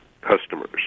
customers